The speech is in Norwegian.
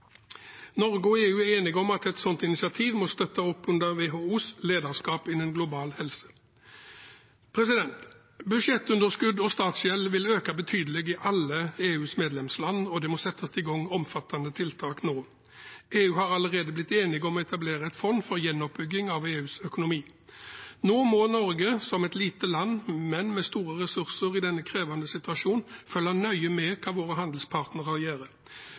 Norge og EU er enige om at et slikt initiativ må støtte opp om WHOs lederskap innen global helse. Budsjettunderskudd og statsgjeld vil øke betydelig i alle EUs medlemsland, og det må settes i gang omfattende tiltak nå. I EU har man allerede blitt enig om å etablere et fond for gjenoppbygging av EUs økonomi. Nå må Norge som et lite land, men med store ressurser i denne krevende situasjonen, følge nøye med på hva våre handelspartnere